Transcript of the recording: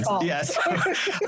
yes